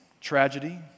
tragedy